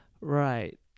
Right